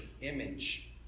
image